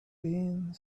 being